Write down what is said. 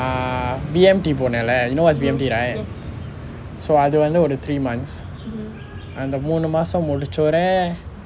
err B_M_T போனேன்:ponen leh you know what is B_M_T right so அது வந்து ஒரு:anthu vanthu oru three months அந்த மூன்று மாசம் முடிச்சோடனே:antha moondru maasam mudichodane